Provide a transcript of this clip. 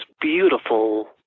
beautiful